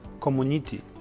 community